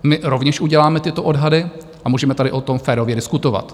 My rovněž uděláme tyto odhady a můžeme tady o tom férově diskutovat.